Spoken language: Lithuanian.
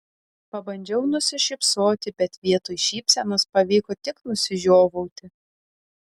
pabandžiau nusišypsoti bet vietoj šypsenos pavyko tik nusižiovauti